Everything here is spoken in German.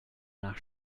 nach